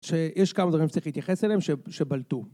שיש כמה דברים שצריך להתייחס אליהם שבלטו